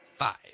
Five